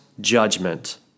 judgment